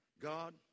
God